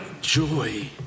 joy